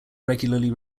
regularly